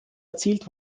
erzielt